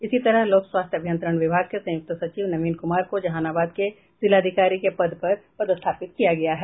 इसी तरह लोक स्वास्थ्य अभियंत्रण विभाग के संयुक्त सचिव नवीन कुमार को जहानाबाद के जिलाधिकारी के पद पर पदस्थापित किया गया है